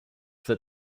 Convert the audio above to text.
that